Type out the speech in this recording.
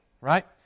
right